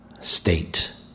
state